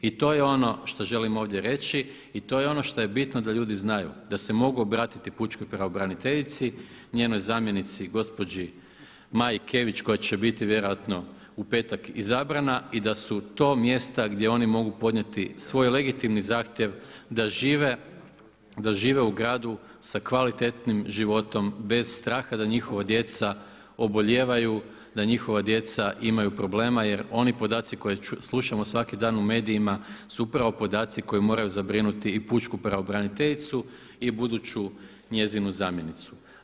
I to je ono što želim ovdje reći i to je ono što je bitno da ljudi znaju, da se mogu obratiti pučkoj pravobraniteljici, njenoj zamjenici gospođi Maji Kević koja će biti vjerojatno u petak izabrana i da su to mjesta gdje oni mogu podnijeti svoj legitimni zahtjev da žive u gradu sa kvalitetnim životom bez straha da njihova djeca obolijevaju, da njihova djeca imaju problema jer oni podaci koje slušamo svaki dan u medijima su upravo podaci koji moraju zabrinuti i pučku pravobraniteljicu i buduću njezinu zamjenicu.